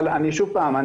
אבל שוב פעם,